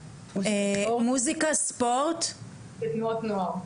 מוסיקה ספורט ותנועות נוער.